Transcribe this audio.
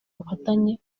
bafatanye